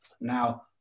Now